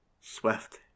Swift